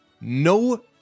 no